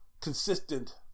consistent